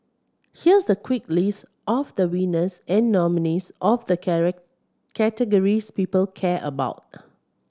here's the quick list of the winners and nominees of the categories people care about